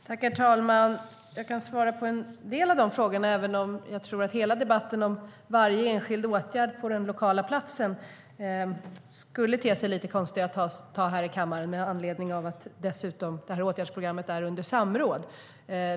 Herr talman! Jag kan svara på en del av frågorna, även om jag tror det skulle te sig lite konstigt att här i kammaren ta hela debatten om varje enskild åtgärd på den lokala platsen. Dessutom är åtgärdsprogrammet under samråd.